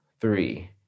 three